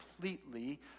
completely